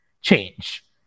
change